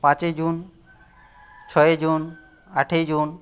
পাঁচই জুন ছয়ই জুন আটই জুন